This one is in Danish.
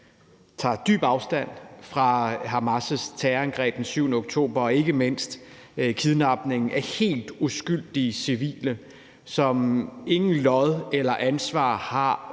side dyb afstand fra Hamas' terrorangreb den 7. oktober og ikke mindst kidnapningen af helt uskyldige civile, som ingen lod har i eller ansvar har